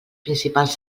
principals